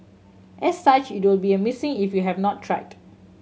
as such it will be a missing if you have not tried